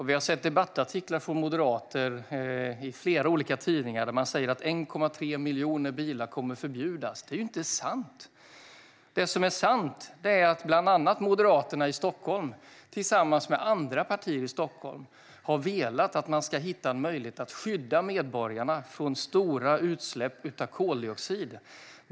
Vi har sett debattartiklar från moderater i flera olika tidningar där de säger att 1,3 miljoner bilar kommer att förbjudas. Det är inte sant. Det som är sant är att bland andra Moderaterna i Stockholm, tillsammans med andra partier där, har velat att man ska hitta en möjlighet att skydda medborgarna från stora utsläpp av koldioxid.